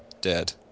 Dead